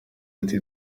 ati